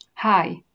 Hi